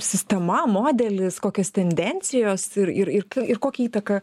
sistema modelis kokios tendencijos ir ir ir ir kokią įtaką